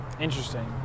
Interesting